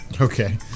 Okay